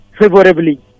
favorably